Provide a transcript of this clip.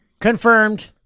Confirmed